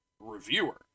Reviewer